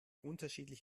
unterschiedlich